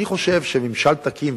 אני חושב שממשל תקין,